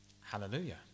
Hallelujah